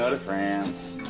ah to france.